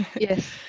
yes